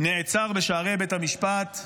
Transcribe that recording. נעצר בשערי בית המשפט.